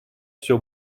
все